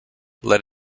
let